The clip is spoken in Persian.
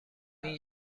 این